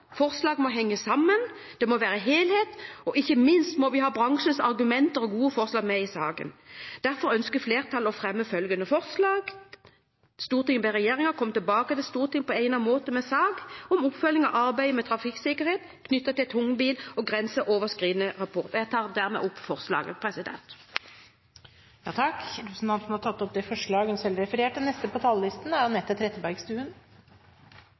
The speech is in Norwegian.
må henge sammen, det må være en helhet, og ikke minst må vi ha bransjens argumenter og gode forslag med i saken. Derfor har flertallet fremmet følgende forslag: «Stortinget ber regjeringen komme tilbake til Stortinget på egnet måte med sak om oppfølging av arbeidet med trafikksikkerhet knyttet til tungbil og grenseoverskridende transport.» Jeg